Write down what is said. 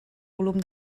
volum